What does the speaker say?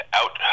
out